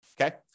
Okay